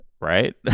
right